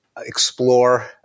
Explore